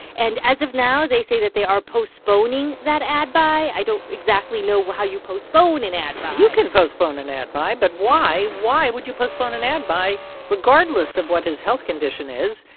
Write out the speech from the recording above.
and as of now, they say that they are postponing that ad buy. i don't exactly know how you postpone an ad buy you can postpone an ad buy. but why why would you postpone an ad buy regardless of what his health condition is?